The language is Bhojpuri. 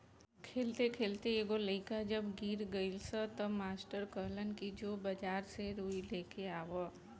खेलते खेलते एगो लइका जब गिर गइलस त मास्टर कहलन कि जो बाजार से रुई लेके आवा